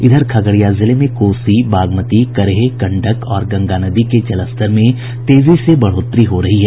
इधर खगड़िया जिले में कोसी बागमती करेह गंडक और गंगा नदी के जलस्तर में तेजी से बढ़ोतरी हो रही है